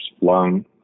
lung